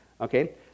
Okay